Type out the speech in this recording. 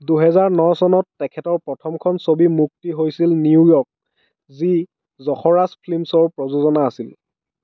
দুহেজাৰ ন চনত তেখেতৰ প্ৰথমখন ছবি মুক্তি হৈছিল নিউ য়ৰ্ক যি যশৰাজ ফিল্মছৰ প্ৰযোজনা আছিল